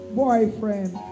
boyfriend